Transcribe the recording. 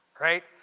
right